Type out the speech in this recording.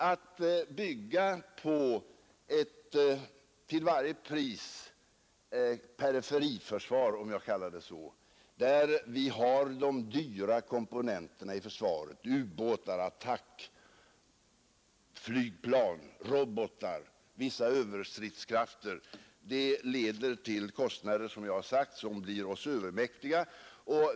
Att till varje pris bygga på ett periferiförsvar, om jag får kalla det så, där vi har de dyra komponenterna i försvaret — ubåtar, attackflygplan, robotar, vissa överstridskrafter — leder, som jag har sagt, till kostnader som blir oss övermäktiga.